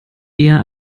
eher